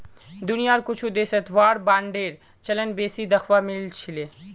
दुनियार कुछु देशत वार बांडेर चलन बेसी दखवा मिल छिले